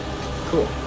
Cool